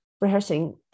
rehearsing